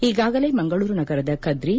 ಈಗಾಗಲೇ ಮಂಗಳೂರು ನಗರದ ಕದ್ರಿ